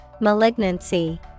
malignancy